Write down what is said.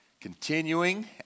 continuing